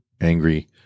angry